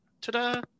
ta-da